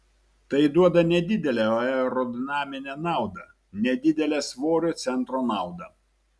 tai duoda nedidelę aerodinaminę naudą nedidelę svorio centro naudą